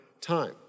time